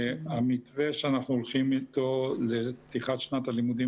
המתווה שאנחנו הולכים איתו לפתיחת שנת הלימודים